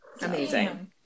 Amazing